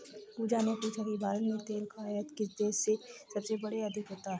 पूजा ने पूछा कि भारत में तेल का आयात किस देश से सबसे अधिक होता है?